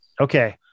Okay